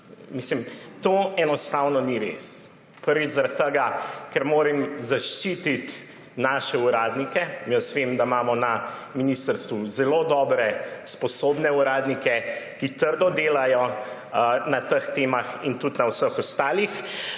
Mislim, da to enostavno ni res. Prvič zaradi tega, ker moram zaščititi naše uradnike. Jaz vem, da imamo na ministrstvu zelo dobre, sposobne uradnike, ki trdo delajo na teh temah in tudi na vseh ostalih.